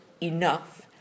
enough